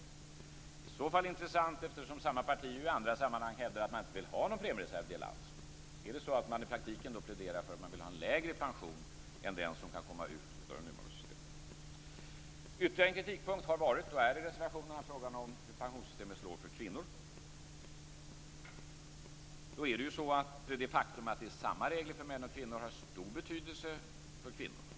Det är i så fall intressant, eftersom samma parti i andra sammanhang hävdar att man inte alls vill ha någon premiereservdel. Pläderar man då i praktiken för att man vill ha en lägre pension än den som kan komma ut av det nuvarande systemet? Ytterligare en kritikpunkt i reservationerna har varit och är hur pensionssystemet slår för kvinnor. Det faktum att det är samma regler för män och kvinnor har stor betydelse för kvinnorna.